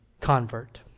convert